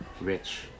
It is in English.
rich